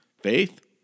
Faith